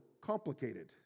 complicated